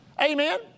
Amen